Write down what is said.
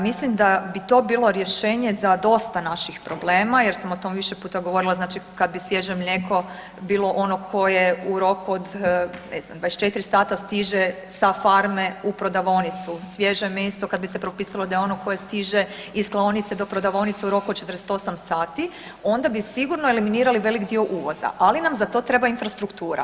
Mislim da bi to bilo rješenje za dosta naših problema jer sam o tom više puta govorila, znači kad bi svježe mlijeko bilo ono koje u roku ne znam 24 sata stiže sa farme u prodavaonicu, svježe meso kad bi se propisalo da je ono koje stiže iz klaonice do prodavaonice u roku od 48 sati, onda bi sigurno eliminirali velik dio uvoza, ali nam za to treba infrastruktura.